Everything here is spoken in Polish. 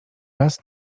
raz